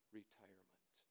retirement